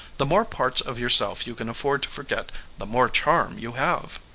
the more parts of yourself you can afford to forget the more charm you have.